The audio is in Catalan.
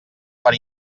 per